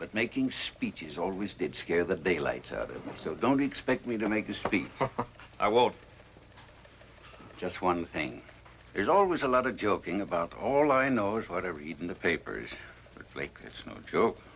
but making speeches always did scare the daylights out of me so don't expect me to make you see i won't just one thing there's always a lot of joking about all i know is what i read in the papers it's like it's no joke